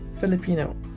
Filipino